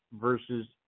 versus